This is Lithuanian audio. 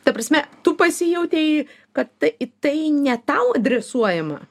ta prasme tu pasijautei kad tai į tai ne tau adresuojama